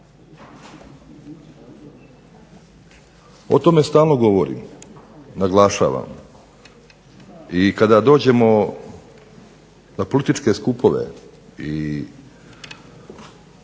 O tome stalno govorim, naglašavam i kada dođemo na političke skupove i